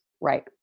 Right